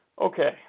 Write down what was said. Okay